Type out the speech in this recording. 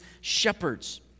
shepherds